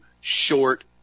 short